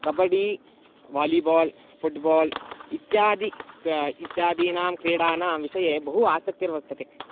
kabaddi volleyball football इत्यादि का इत्यादीनां क्रीडानां विषये बहु आसक्तिर्वर्तते